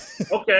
Okay